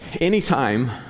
Anytime